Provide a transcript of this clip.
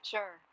Sure